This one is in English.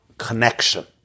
Connection